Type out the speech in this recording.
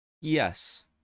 Yes